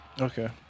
Okay